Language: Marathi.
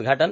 उद्घाटन